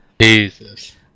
Jesus